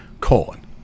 colon